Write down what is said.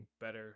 better